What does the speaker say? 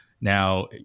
Now